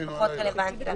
ופחות רלוונטי הרמזור.